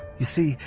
you see,